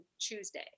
Tuesday